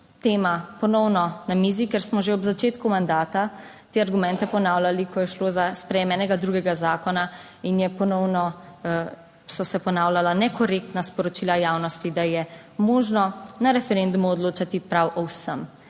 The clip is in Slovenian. tema ponovno na mizi, ker smo že ob začetku mandata te argumente ponavljali, ko je šlo za sprejem enega drugega zakona in ponovno so se ponavljala nekorektna sporočila javnosti, da je možno na referendumu odločati prav o vsem.